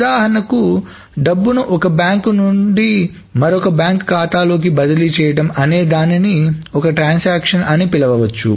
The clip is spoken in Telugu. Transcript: ఉదాహరణకి డబ్బును ఒక బ్యాంకు ఖాతా నుండి మరొక బ్యాంక్ ఖాతాలోకి బదిలీ చేయడం అనేది దాన్ని ఒక ట్రాన్సాక్షన్ అని పిలవచ్చు